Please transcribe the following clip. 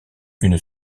une